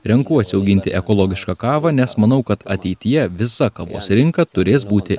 renkuosi auginti ekologišką kavą nes manau kad ateityje visa kavos rinka turės būti